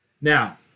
Now